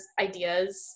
ideas